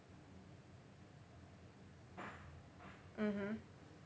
mmhmm